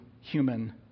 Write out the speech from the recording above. human